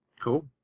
Cool